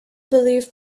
believed